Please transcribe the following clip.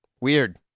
Weird